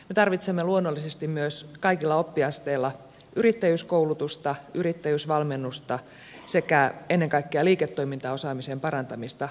me tarvitsemme luonnollisesti myös kaikilla oppiasteilla yrittäjyyskoulutusta yrittäjyysvalmennusta sekä ennen kaikkea liiketoimintaosaamisen parantamista pk yrityksille